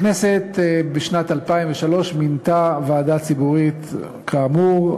הכנסת מינתה בשנת 2003 ועדה ציבורית כאמור,